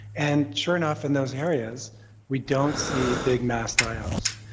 and sure enough in those areas we don't see big mass die-offs.